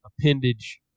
appendage